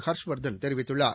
ஷர்ஷ்வர்தன் தெரிவித்துள்ளார்